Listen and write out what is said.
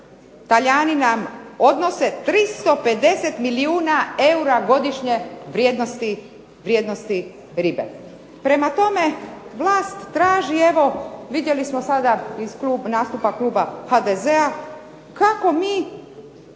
Talijani nam odnose 350 milijuna eura godišnje vrijednosti ribe. Prema tome, vlast traži evo vidjeli smo iz nastupa kluba HDZ-a, kako mi